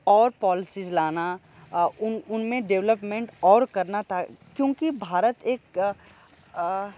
और पॉलिसीज लाना उनमें डेवलपमेंट और करना क्योंकि भारत एक